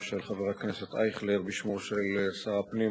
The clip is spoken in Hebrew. אבל לא ייתכן מצב שבו מצד אחד מדינת ישראל מוצפת ב-50,000